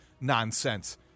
nonsense